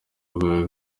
urwo